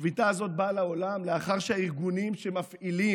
השביתה הזאת באה לעולם לאחר שהארגונים שמפעילים